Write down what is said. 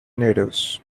natives